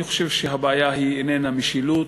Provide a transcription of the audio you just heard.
אני חושב שהבעיה איננה משילות,